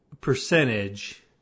percentage